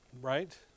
Right